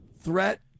threat